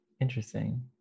interesting